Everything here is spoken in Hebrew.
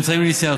של